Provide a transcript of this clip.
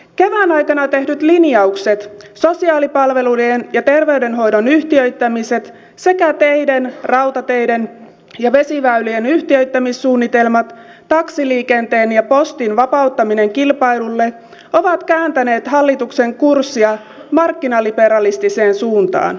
kevään aikana tehdyt linjaukset sosiaalipalvelujen ja terveydenhoidon yhtiöittämiset sekä teiden rautateiden ja vesiväylien yhtiöittämissuunnitelmat taksiliikenteen ja postin vapauttaminen kilpailulle ovat kääntäneet hallituksen kurssia markkinaliberalistiseen suuntaan